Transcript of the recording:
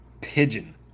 pigeon